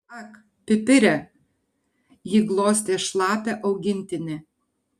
ak pipire ji paglostė šlapią augintinį